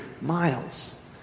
miles